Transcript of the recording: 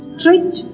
Strict